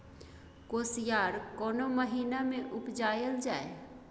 कोसयार कोन महिना मे उपजायल जाय?